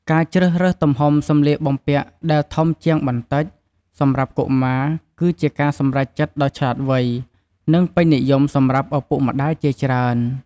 ការជ្រើសរើសទំហំសម្លៀកបំពាក់ដែល ធំជាងបន្តិច សម្រាប់កុមារ គឺជាការសម្រេចចិត្តដ៏ឆ្លាតវៃ និងពេញនិយមសម្រាប់ឪពុកម្តាយជាច្រើន។